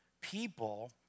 people